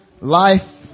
life